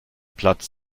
platz